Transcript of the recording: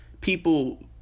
people